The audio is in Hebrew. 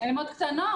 הן עדיין קטנות.